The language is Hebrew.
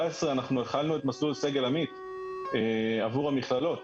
אנחנו החלנו את מסלול סגל עמית עבור המכללות.